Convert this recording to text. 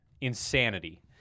Insanity